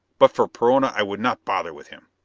but for perona i would not bother with him.